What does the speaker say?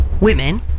women